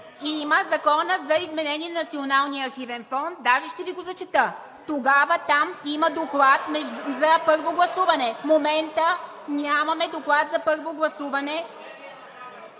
Има в Закона за изменение на Националния архивен фонд – даже ще Ви го зачета. Тогава там има доклад за първо гласуване. В момента нямаме доклад за първо гласуване